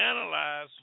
analyze